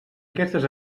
aquestes